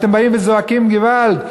אתם באים וזועקים געוואלד.